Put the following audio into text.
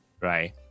right